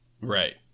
Right